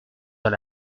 dans